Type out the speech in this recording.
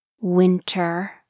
winter